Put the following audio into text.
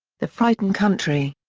the frightened country.